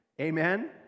Amen